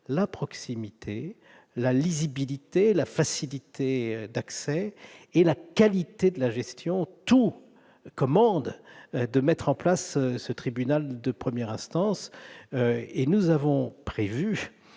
La proximité, la lisibilité, la facilité d'accès, la qualité de gestion : tout commande de mettre en place le tribunal de première instance ! Les textes dont